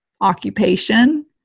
Occupation